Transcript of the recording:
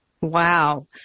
Wow